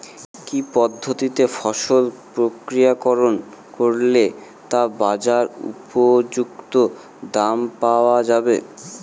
কি পদ্ধতিতে ফসল প্রক্রিয়াকরণ করলে তা বাজার উপযুক্ত দাম পাওয়া যাবে?